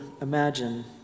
imagine